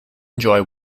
enjoy